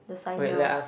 the sign here